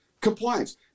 compliance